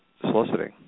soliciting